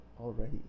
already